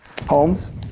Holmes